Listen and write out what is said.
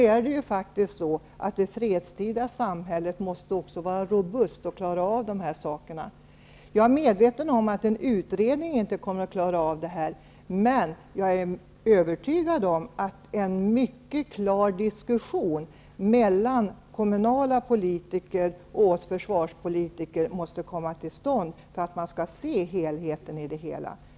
Men det fredstida samhället måste också vara robust och klara av dessa saker. Jag är medveten om att en utredning inte kommer att klara av detta, men jag är övertygad om att en mycket klar diskussion mellan kommunala politiker och oss försvarspolitiker måste komma till stånd för att man skall se helheten.